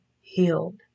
healed